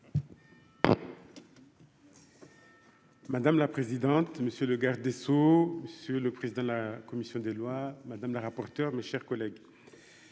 Madame la présidente, monsieur le garde des Sceaux sur le président de la commission des lois, madame la rapporteure, mes chers collègues,